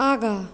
आगाँ